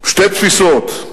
שתי תפיסות,